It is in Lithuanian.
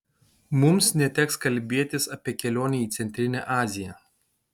mums neteks kalbėtis apie kelionę į centrinę aziją